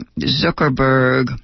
Zuckerberg